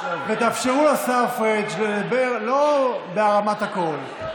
ותאפשרו לשר פריג' לדבר לא בהרמת קול,